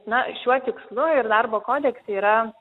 na šiuo tikslu ir darbo kodekse yra